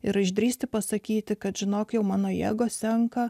ir išdrįsti pasakyti kad žinok jau mano jėgos senka